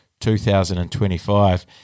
2025